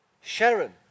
Sharon